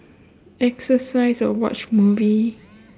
exercise and watch movie